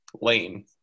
lane